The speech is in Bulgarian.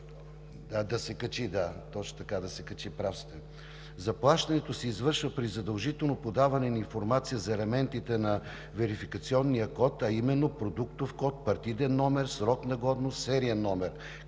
Заплащането се извършва при задължително подаване на информация за елементите на верификационния код, а именно – продуктов код, партиден номер, срок на годност, сериен номер,